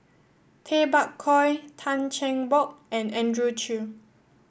Tay Bak Koi Tan Cheng Bock and Andrew Chew